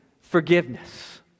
forgiveness